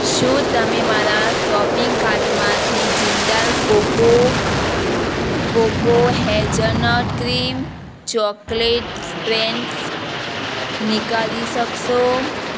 શું તમે મારા સોપિંગ કાર્ટમાંથી Jindal coco coco hazelnut cream chocolate spreads નીકાળી શકશો